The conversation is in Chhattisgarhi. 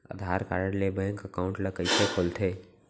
आधार कारड ले बैंक एकाउंट ल कइसे खोलथे?